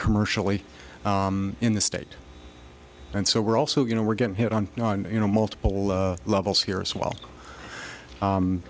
commercially in the state and so we're also you know we're getting hit on you know multiple levels here as well